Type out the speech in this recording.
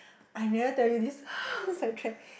I never tell you this side track